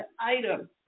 item